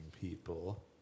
people